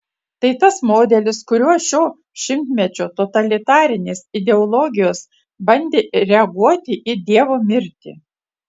tai tas modelis kuriuo šio šimtmečio totalitarinės ideologijos bandė reaguoti į dievo mirtį